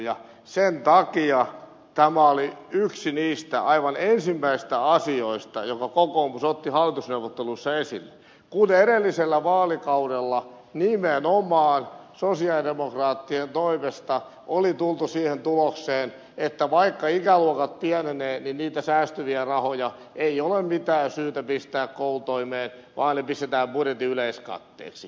ja sen takia tämä oli yksi niistä aivan ensimmäisistä asioista jotka kokoomus otti hallitusneuvotteluissa esille kun edellisellä vaalikaudella nimenomaan sosialidemokraattien toimesta oli tultu siihen tulokseen että vaikka ikäluokat pienenevät niin siitä säästyviä rahoja ei ole mitään syytä pistää koulutoimeen vaan ne pistetään budjetin yleiskatteeksi